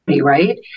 right